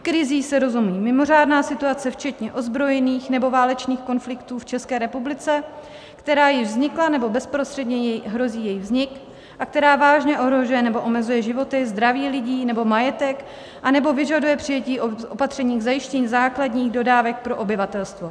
Krizí se rozumí mimořádná situace včetně ozbrojených nebo válečných konfliktů v České republice, která již vznikla nebo bezprostředně hrozí její vznik a která vážně ohrožuje nebo omezuje životy, zdraví lidí nebo majetek anebo vyžaduje přijetí opatření k zajištění základních dodávek pro obyvatelstvo.